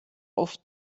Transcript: auf